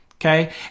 okay